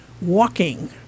Walking